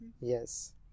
yes